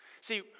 See